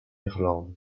irlande